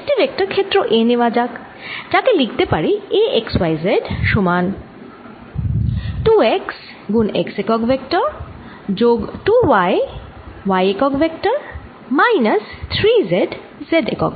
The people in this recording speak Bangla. একটি ভেক্টর ক্ষেত্র A নেওয়া যাক যাকে লিখতে পারি A x y z সমান 2 x গুণ x একক ভেক্টর যোগ 2 y গুণ y একক ভেক্টর মাইনাস 3 z গুণ z একক